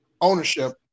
ownership